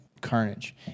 Carnage